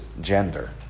gender